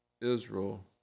Israel